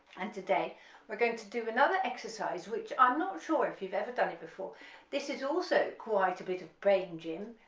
and today we're going to do another exercise which i'm not sure if you've ever done it before this is also quite a bit of a brain gym,